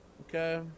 okay